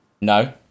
No